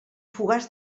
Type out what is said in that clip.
fogars